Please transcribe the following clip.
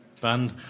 band